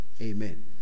Amen